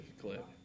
clip